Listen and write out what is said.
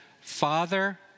Father